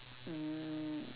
mm